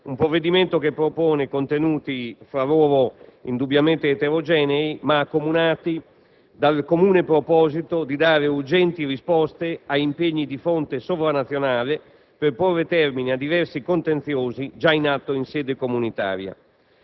Un provvedimento che propone contenuti fra loro indubbiamente eterogenei, ma accomunati dal comune proposito di dare urgenti risposte a impegni di fonte sovranazionale, per porre termine a diversi contenziosi già in atto in sede comunitaria.